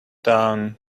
town